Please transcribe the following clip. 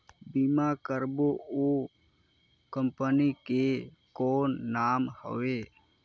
बीमा करबो ओ कंपनी के कौन नाम हवे?